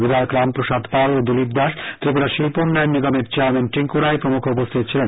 বিধায়ক রাম প্রসাদ পাল ও দিলীপ দাস ত্রিপুরা শিল্প উন্নয়ন নিগমের চেয়ারম্যান টিংকু রায় প্রমুখ উপস্থিত ছিলেন